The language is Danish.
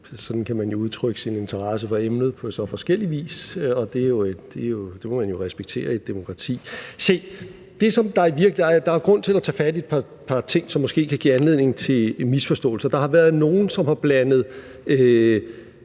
sådan kan man jo udtrykke sin interesse for emnet på så forskellig vis, og det må man jo respektere i et demokrati. Se, der er grund til at tage fat i et par ting, som måske kan give anledning til misforståelser. Der har været nogle, som har blandet